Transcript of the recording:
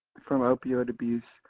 from opioid abuse,